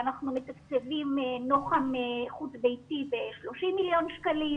אנחנו מתקצבים נוח"ם חוץ-ביתי ב-30 מיליון שקלים.